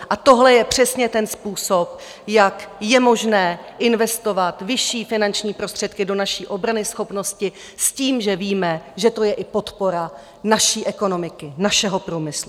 A tohle je přesně ten způsob, jak je možné investovat vyšší finanční prostředky do naší obranyschopnosti s tím, že víme, že to je i podpora naší ekonomiky, našeho průmyslu.